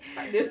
tak ada